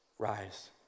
rise